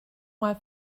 mal